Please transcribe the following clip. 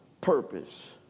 purpose